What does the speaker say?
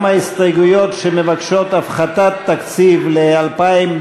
גם ההסתייגויות שמבקשות הפחתת תקציב ל-2015,